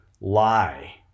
lie